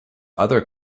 other